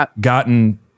gotten